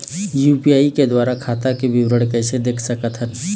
UPI के द्वारा खाता के विवरण कैसे देख सकत हन?